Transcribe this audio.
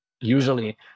usually